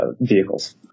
vehicles